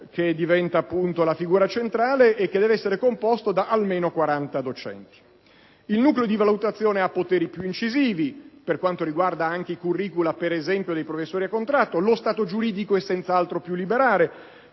quale diventa la figura centrale e deve essere composto da almeno quaranta docenti. Il nucleo di valutazione ha poteri più incisivi per quanto riguarda anche i *curricula,* per esempio dei professori a contratto. Lo stato giuridico è senz'altro più liberale.